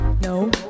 No